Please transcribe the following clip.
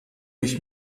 ich